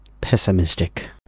Pessimistic